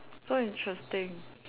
so interesting